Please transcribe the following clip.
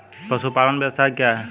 पशुपालन व्यवसाय क्या है?